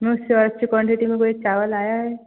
ma'am उससे और अच्छी क्वान्टिटी में कोई चावल आया है